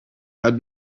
had